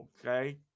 Okay